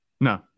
No